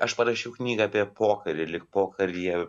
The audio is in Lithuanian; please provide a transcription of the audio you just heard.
aš parašiau knygą apie pokarį lyg pokaryje